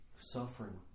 suffering